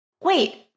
wait